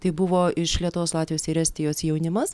tai buvo iš lietuvos latvijos ir estijos jaunimas